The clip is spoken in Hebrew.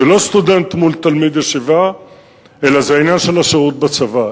זה לא סטודנט מול תלמיד ישיבה אלא זה העניין של השירות בצבא.